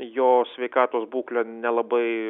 jo sveikatos būklę nelabai